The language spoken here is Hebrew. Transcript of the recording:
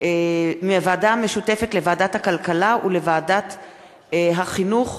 המשותפת לוועדת הכלכלה ולוועדת החינוך,